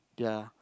their